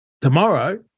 tomorrow